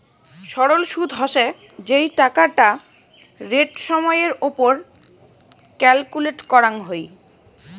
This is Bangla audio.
সরল সুদ হসে যেই টাকাটা রেট সময় এর ওপর ক্যালকুলেট করাঙ হই